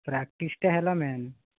ପ୍ରାକ୍ଟିସ୍ଟା ହେଲା ମେନ୍